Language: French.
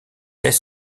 est